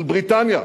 של בריטניה,